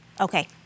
Okay